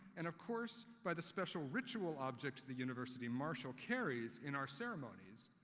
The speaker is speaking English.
and, of course, by the special ritual object the university marshal carries in our ceremonies,